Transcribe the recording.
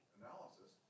analysis